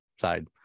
side